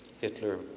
Hitler